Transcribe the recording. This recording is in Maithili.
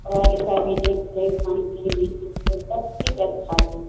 पढ़ाइ लिखाइ भी ठीक छै खानपीन भी ठीक छै सबचीज अच्छा छै